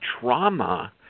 trauma